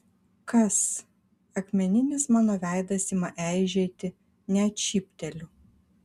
kas akmeninis mano veidas ima eižėti net šypteliu